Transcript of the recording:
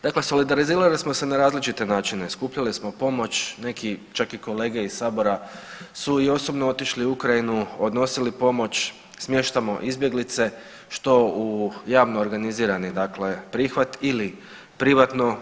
Dakle, solidarizirali smo se na različite, skupljani smo pomoć neki čak i kolege iz sabora su i osobno otišli u Ukrajinu, odnosili pomoć, smještamo izbjeglice što u javno organizirani dakle prihvat ili privatno.